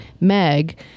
Meg